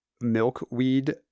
Milkweed